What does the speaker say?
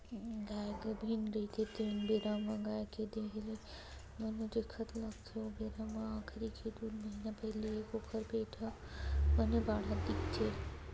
गाय गाभिन रहिथे तेन बेरा म गाय के देहे ल बने देखे ल लागथे ओ बेरा म आखिरी के दू महिना पहिली तक ओखर पेट ह बने बाड़हे दिखथे